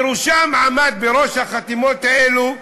בראשם עמד, בראש החתימות האלה,